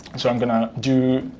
so i'm going to do